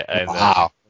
Wow